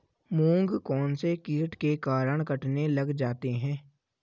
मूंग कौनसे कीट के कारण कटने लग जाते हैं?